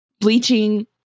bleaching